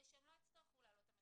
כדי שהם לא יצטרכו להעלות את המחיר.